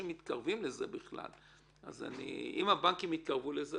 אם הבנקים יתקרבו לזה,